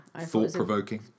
thought-provoking